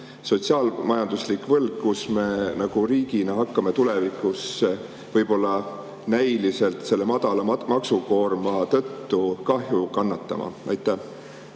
sotsiaal-majanduslik võlg ja kus me riigina hakkame tulevikus võib-olla näiliselt madalama maksukoormuse tõttu kahju kannatama? Aitäh,